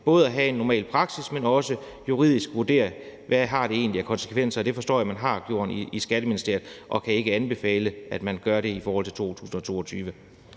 både at have en normal praksis, men også juridisk at vurdere, hvad det egentlig har af konsekvenser. Og det forstår jeg man har gjort i Skatteministeriet, og man kan ikke anbefale, at det gøres i forhold til 2022.